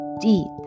deep